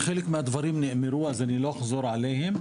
חלק מהדברים נאמרו אז אני לא אחזור עליהם,